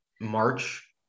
March